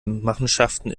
machenschaften